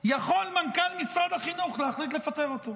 מנכ"ל משרד החינוך יכול להחליט לפטר אותו.